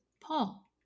Paul